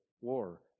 war